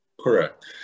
Correct